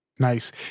Nice